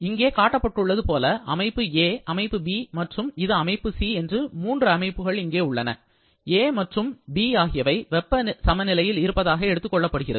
இங்க காட்டப்பட்டுள்ளது போல அமைப்பு A அமைப்பு B மற்றும் இது அமைப்பு C என்று மூன்று அமைப்புகள் இங்கே உள்ளன A மற்றும் B ஆகியவை வெப்ப சமநிலையில் இருப்பதாகக் எடுத்துக்கொள்ளப்படுகிறது